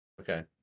okay